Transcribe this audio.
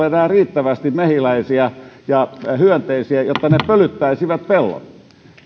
enää riittävästi mehiläisiä ja hyönteisiä jotta ne pölyttäisivät pellot